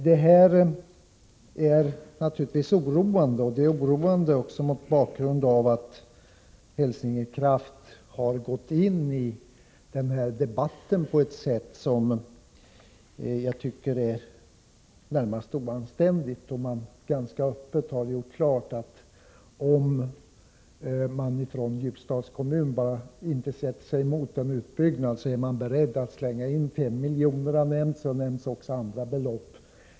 Det här är naturligtvis oroande, också mot bakgrund av att Hälsingekraft har gått in i debatten på ett sätt som jag tycker är närmast oanständigt. Man har ganska öppet gjort klart att om Ljusdals kommun bara inte sätter sig emot en utbyggnad så är man beredd att slänga in pengar till kommunen — 5 milj.kr. har nämnts, och även andra belopp.